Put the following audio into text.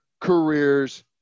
careers